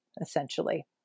essentially